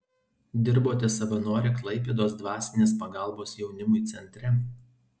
dirbote savanore klaipėdos dvasinės pagalbos jaunimui centre